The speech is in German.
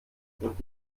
und